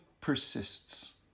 persists